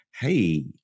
hey